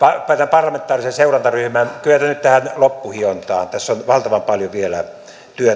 parlamentaarisen seurantaryhmän kyetä nyt tähän loppuhiontaan tässä on valtavan paljon vielä